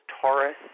Taurus